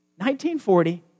1940